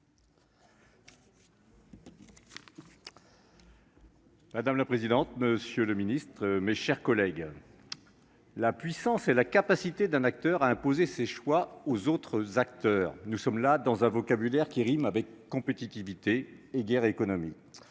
Madame la présidente, monsieur le ministre, mes chers collègues, la puissance est la capacité d'un acteur à imposer ses choix aux autres acteurs- voilà un vocabulaire qui rime avec compétitivité et guerre économique.